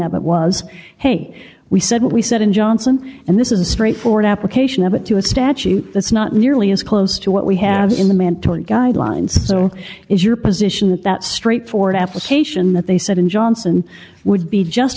up was hey we said what we said in johnson and this is a straightforward application of it to a statute that's not nearly as close to what we have in the mandatory guidelines so is your position that that straightforward application that they said in johnson would be just